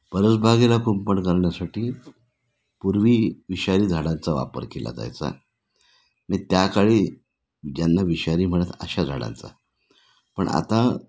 परसबागेला कुंपण करण्यासाठी पूर्वी विषारी झाडांचा वापर केला जायचा मी त्याकाळी ज्यांना विषारी म्हणत अशा झाडांचा पण आता